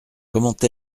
comment